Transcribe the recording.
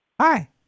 Hi